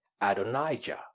Adonijah